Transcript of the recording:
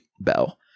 bell